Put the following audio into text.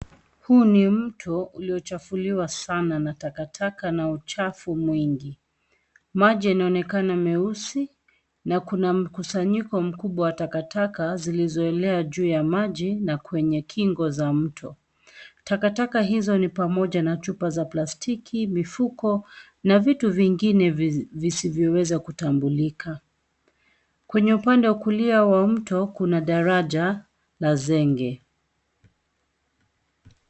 Huu ni mto uliochafuliwa sana na takataka na uchafu mwingi. Maji yanaonekana meusi na kuna mkusanyiko mkubwa wa takataka zilizoelea juu ya maji na kwenye kingo za mto. Takataka hizo ni pamoja na chupa za plastiki, mifuko na vitu vingine visivyoweza kutambulika. Kwenye upande wa kulia wa mto kuna daraja la zege.